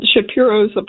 Shapiro's